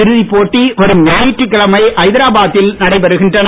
இறுதிப் போட்டி வரும் ஞாயிற்றுக்கிழமை ஐதராபாத்தில் நடைபெறுகின்றன